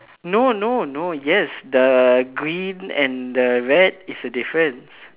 no no no yes the green and the red is the difference